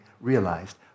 realized